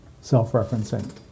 self-referencing